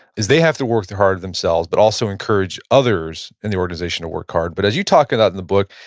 is they have to work hard themselves, but also encourage others in the organization to work hard. but as you talk about in the book,